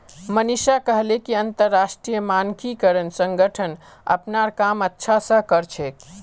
मनीषा कहले कि अंतरराष्ट्रीय मानकीकरण संगठन अपनार काम अच्छा स कर छेक